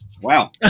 Wow